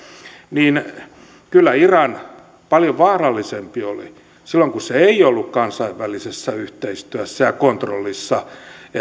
niin kyllä iran paljon vaarallisempi oli silloin kun se ei ollut kansainvälisessä yhteistyössä ja kontrollissa